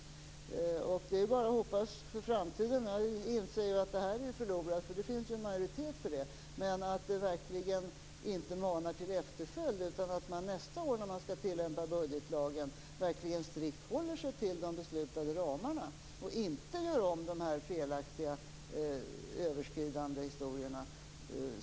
Det är bara att hoppas för framtiden. Jag inser att detta är förlorat, eftersom det finns en majoritet för det. Men det skall verkligen inte mana till efterföljd, utan när man nästa år skall tillämpa budgetlagen skall man strikt hålla sig till de upprättade ramarna och inte göra om de felaktiga överskridandena.